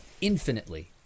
infinitely